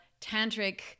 tantric